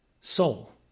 soul